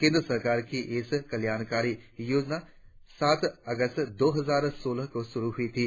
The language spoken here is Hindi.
केंद्र सरकार की यह कल्याणकारी योजना सात अगस्त दो हजार सोलह को शुरु हुई थी